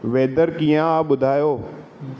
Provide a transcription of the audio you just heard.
weather कीअं आहे ॿुधायो